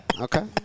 Okay